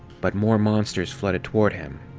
but more monsters flooded toward him.